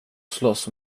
slåss